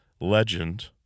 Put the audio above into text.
legend